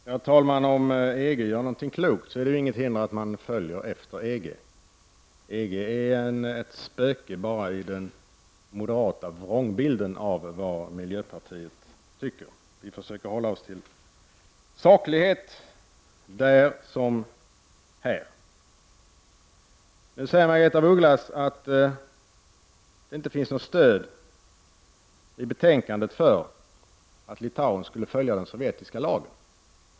Herr talman! Om EG gör något klokt är det inget som hindrar att man följer efter EG. EG är ett spöke i den moderata vrångbilden av vad miljöpartiet tycker. Vi försöker hålla oss till saklighet där som här. Margaretha af Ugglas säger att det inte finns något stöd i betänkandet för att Litauen skall följa den sovjetiska lagen.